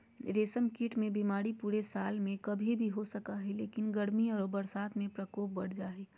रेशम कीट मे बीमारी पूरे साल में कभी भी हो सको हई, लेकिन गर्मी आरो बरसात में प्रकोप बढ़ जा हई